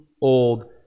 old